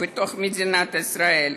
בתוך מדינת ישראל.